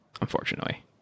unfortunately